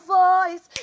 voice